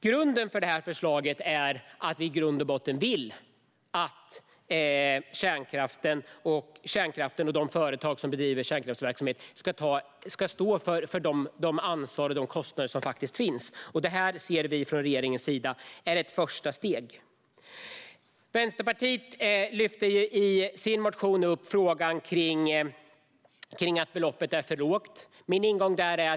Grunden för förslaget är att vi vill att kärnkraften och de företag som bedriver kärnkraftsverksamhet ska stå för de kostnader som uppstår. Detta ser regeringen som ett första steg. Vänsterpartiet lyfter i sin motion fram att beloppet är för lågt.